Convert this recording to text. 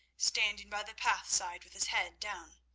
standing by the path-side with his head down.